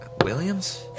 Williams